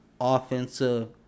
offensive